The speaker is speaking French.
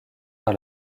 par